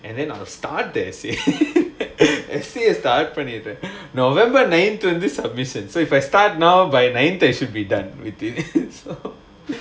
and then I'll start the essay essay start பண்ணிட்டேன்:pannittaen november nine submission so if I start now by nine they should be done with it